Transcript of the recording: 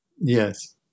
yes